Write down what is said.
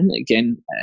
Again